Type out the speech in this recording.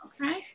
Okay